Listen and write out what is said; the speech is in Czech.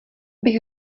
bych